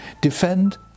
Defend